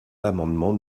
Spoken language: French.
l’amendement